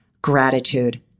gratitude